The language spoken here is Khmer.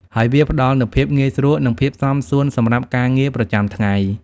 ហើយវាផ្តល់នូវភាពងាយស្រួលនិងភាពសមសួនសម្រាប់ការងារប្រចាំថ្ងៃ។